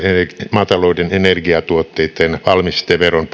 maatalouden energiatuotteitten valmisteveron